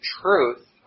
truth